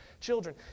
children